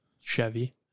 Chevy